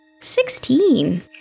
Sixteen